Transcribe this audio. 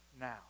now